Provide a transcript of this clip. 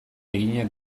eginak